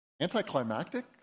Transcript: anticlimactic